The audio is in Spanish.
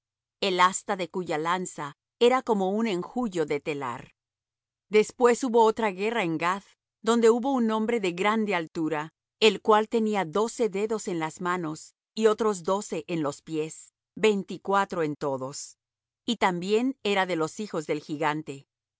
el asta de cuya lanza era como un enjullo de telar después hubo otra guerra en gath donde hubo un hombre de grande altura el cual tenía doce dedos en las manos y otros doce en los pies veinticuatro en todos y también era de lo hijos del gigante